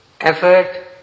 Effort